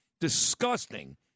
disgusting